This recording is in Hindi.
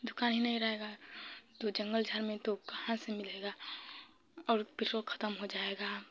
दुक़ान ही नहीं रहेगी तो जंगल झाड़ में तो कहाँ से मिलेगा और पेट्रोल खत्म हो जाएगा